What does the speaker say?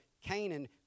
Canaan